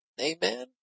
Amen